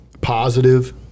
positive